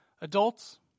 Adults